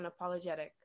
unapologetic